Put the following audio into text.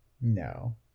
No